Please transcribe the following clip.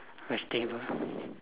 vegetable